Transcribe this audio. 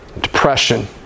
depression